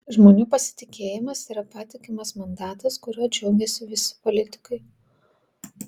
žmonių pasitikėjimas yra patikimas mandatas kuriuo džiaugiasi visi politikai